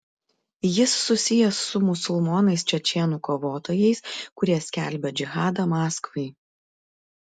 jis susijęs su musulmonais čečėnų kovotojais kurie skelbia džihadą maskvai